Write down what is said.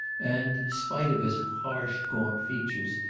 and, spite of his harsh gaunt features,